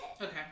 Okay